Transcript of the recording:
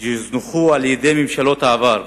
שנזנחו על-ידי ממשלות העבר,